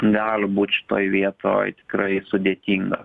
gali būt šitoj vietoj tikrai sudėtinga